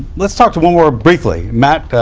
let's talk to one more briefly. matt,